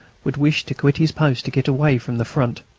would wish to quit his post to get away from the front.